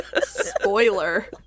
Spoiler